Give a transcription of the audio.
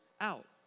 out